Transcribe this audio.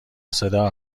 صدا